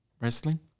Wrestling